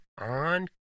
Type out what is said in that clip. on